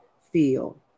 feel